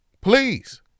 please